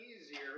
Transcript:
easier